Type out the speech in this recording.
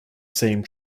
same